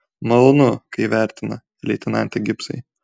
malonu kai vertina leitenante gibsai